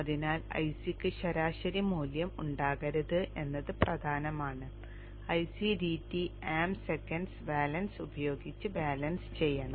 അതിനാൽ Ic ക്ക് ശരാശരി മൂല്യം ഉണ്ടാകരുത് എന്നത് പ്രധാനമാണ് Ic dt amp second balance ഉപയോഗിച്ച് ബാലൻസ് ചെയ്യണം